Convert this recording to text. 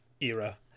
era